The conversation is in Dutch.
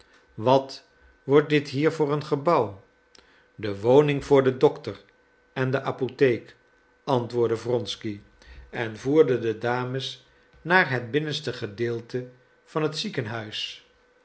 wat wordt dit hier voor een gebouw de woning voor den dokter en de apotheek antwoordde wronsky en voerde de dames naar het binnenste gedeelte van het ziekenhuis